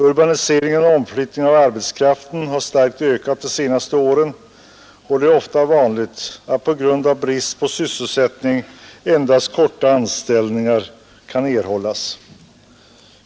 Urbaniseringen och omflyttningen av arbetskraften har — !evnadskostnader m.m. starkt ökat under de senaste åren, och det är vanligt att av brist på sysselsättning endast korta anställningar kan erhållas.